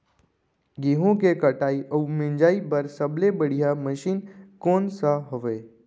गेहूँ के कटाई अऊ मिंजाई बर सबले बढ़िया मशीन कोन सा हवये?